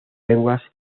lenguas